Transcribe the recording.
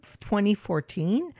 2014